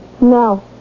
No